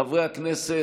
חברי הכנסת,